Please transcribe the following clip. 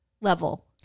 level